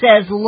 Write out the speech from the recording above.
says